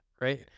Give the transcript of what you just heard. right